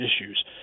issues